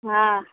हँ